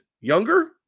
younger